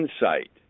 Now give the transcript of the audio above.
insight